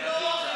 זה לא אוכל.